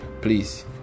please